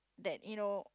that you know